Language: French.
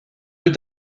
deux